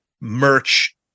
merch